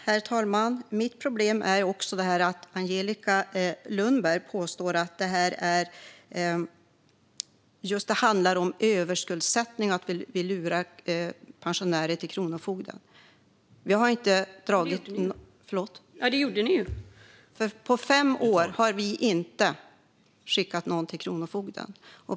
Herr talman! Mitt problem är att Angelica Lundberg påstår att detta handlar om överskuldsättning och att vi lurar pensionärer till kronofogden. : Det gjorde ni ju.) På fem år har vi inte skickat någon till kronofogden.